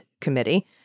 committee